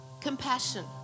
Compassion